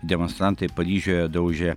demonstrantai paryžiuje daužė